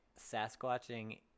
Sasquatching